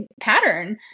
pattern